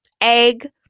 egg